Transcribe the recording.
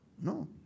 No